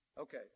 Okay